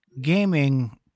gaming